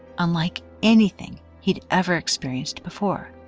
unlike anything he'd ever experienced before,